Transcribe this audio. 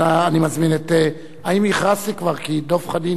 אני מזמין את, האם הכרזתי כבר כי דב חנין?